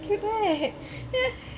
cute right